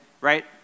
right